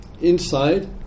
inside